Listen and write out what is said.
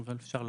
לא.